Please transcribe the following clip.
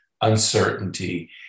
uncertainty